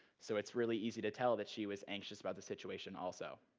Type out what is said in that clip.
so it's really easy to tell that she was anxious about the situation also.